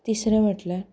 तिसरें म्हणल्यार